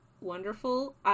wonderful